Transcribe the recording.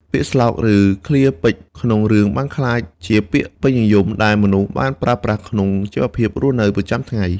ពាក្យស្លោក ឬឃ្លាពេចន៍ក្នុងរឿងបានក្លាយជាពាក្យពេញនិយមដែលមនុស្សបានប្រើប្រាស់ក្នុងជីវភាពរស់នៅជាប្រចាំថ្ងៃ។